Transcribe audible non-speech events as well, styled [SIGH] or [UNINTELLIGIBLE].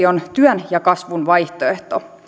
[UNINTELLIGIBLE] on työn ja kasvun vaihtoehto